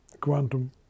quantum